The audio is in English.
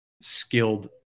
skilled